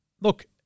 Look